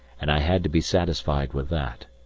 and i had to be satisfied with that,